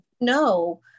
no